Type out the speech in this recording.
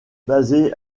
basée